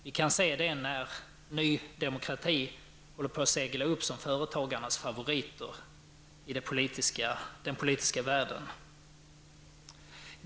Vi kan se det när Ny demokrati håller på att segla upp såsom företagarnas favorit i den politiska världen.